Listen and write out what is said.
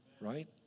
Right